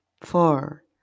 four